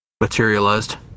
materialized